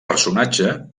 personatge